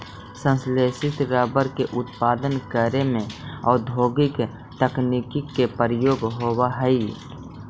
संश्लेषित रबर के उत्पादन करे में औद्योगिक तकनीक के प्रयोग होवऽ हइ